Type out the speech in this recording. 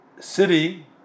city